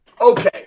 Okay